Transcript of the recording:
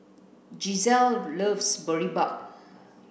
Gisele loves Boribap